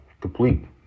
complete